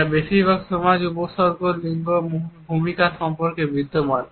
যা বেশিরভাগ সমাজে উপসর্গ লিঙ্গ ভূমিকা সম্পর্কে বিদ্যমান